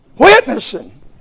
witnessing